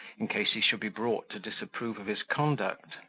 in case he should be brought to disapprove of his conduct.